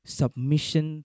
submission